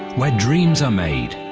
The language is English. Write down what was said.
where dreams are made,